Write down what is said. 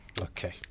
Okay